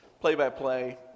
play-by-play